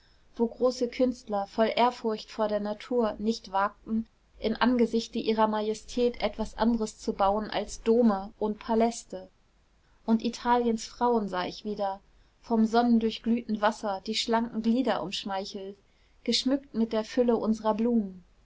wo große künstler voll ehrfurcht vor der natur nicht wagten im angesichte ihrer majestät etwas anderes zu bauen als dome und paläste und italiens frauen sah ich wieder vom sonnendurchglühten wasser die schlanken glieder umschmeichelt geschmückt mit der fülle unserer blumen